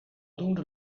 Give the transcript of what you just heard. doende